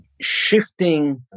shifting